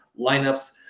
lineups